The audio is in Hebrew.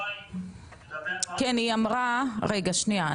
רגע שנייה,